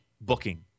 booking